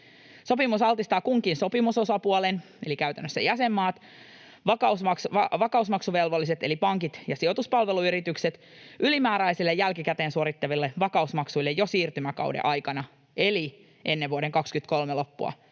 Sopimus altistaa kunkin sopimusosapuolen eli käytännössä jäsenmaat, vakausmaksuvelvolliset eli pankit ja sijoituspalveluyritykset ylimääräisille, jälkikäteen suoritettaville vakausmaksuille jo siirtymäkauden aikana eli ennen vuoden 23 loppua